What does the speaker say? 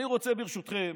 ברשותכם